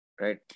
right